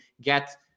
get